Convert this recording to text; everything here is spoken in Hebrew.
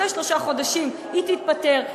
אחרי שלושה חודשים היא תתפטר,